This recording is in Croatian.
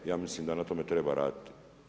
Ja mislim da na tome treba raditi.